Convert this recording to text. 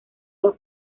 los